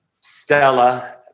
stella